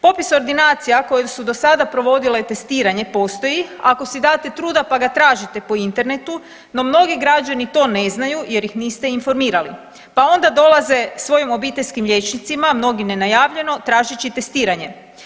Popis ordinacija koje su do sada provodile testiranje postoji, ako si date truda pa ga tražite po internetu, no mnogi građani to ne znaju jer ih niste informirali pa onda dolaze svojim obiteljskim liječnicima mnogi nenajavljeno tražeći testiranje.